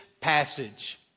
passage